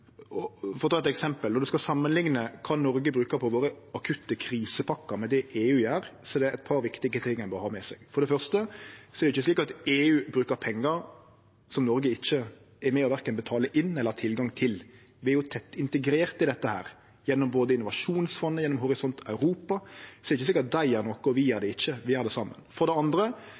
Noreg bruker på sine akutte krisepakkar, med det EU gjer, er det eit par viktige ting ein bør ha med seg. For det første er det ikkje slik at EU bruker pengar som Noreg verken er med på å betale inn eller har tilgang til. Det er tett integrert i dette, både gjennom innovasjonsfond og gjennom Horisont Europa, så det er ikkje slik at dei gjer noko og vi gjer det ikkje. Vi gjer det same. For det andre